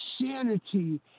sanity